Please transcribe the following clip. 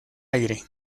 aire